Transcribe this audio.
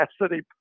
capacity